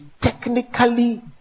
technically